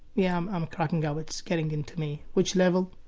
yeah i'm cracking up, it's getting into me, which level,